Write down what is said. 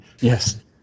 Yes